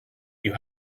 you